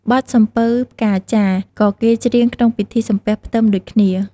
បទសំពៅផ្កាចារ ក៏គេច្រៀងក្នុងពិធីសំពះផ្ទឹមដូចគ្នា។